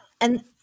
And-